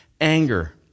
anger